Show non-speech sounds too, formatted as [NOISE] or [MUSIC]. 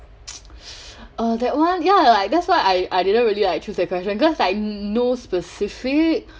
[NOISE] ah that one ya like that's why I I didn't really like choose that question cause like no specific